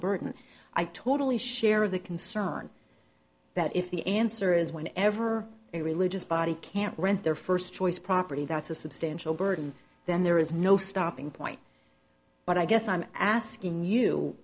burden i totally share the concern that if the answer is when ever a religious body can't rent their first choice property that's a substantial burden then there is no stopping point but i guess i'm asking you